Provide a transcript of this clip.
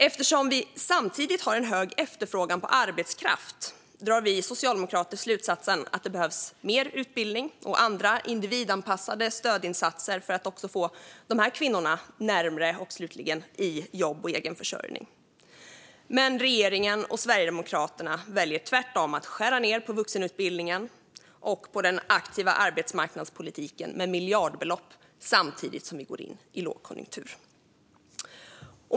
Eftersom vi samtidigt har en hög efterfrågan på arbetskraft drar vi socialdemokrater slutsatsen att det behövs mer utbildning och andra individanpassade stödinsatser för att få också dessa kvinnor närmare arbetsmarknaden och slutligen i jobb och egen försörjning. Men regeringen och Sverigedemokraterna väljer tvärtom att skära ned på vuxenutbildningen och den aktiva arbetsmarknadspolitiken med miljardbelopp samtidigt som vi går in i lågkonjunktur.